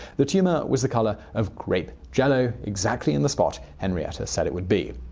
the tumor was the color of grape jell-o, exactly in the spot henrietta said it would be.